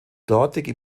dortige